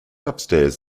upstairs